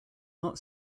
not